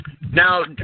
Now